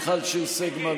חברת הכנסת מיכל שיר סגמן,